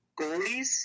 goalies